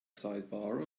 sidebar